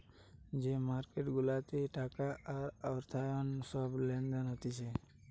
যে মার্কেট গুলাতে টাকা আর অর্থায়ন সব লেনদেন হতিছে